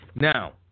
Now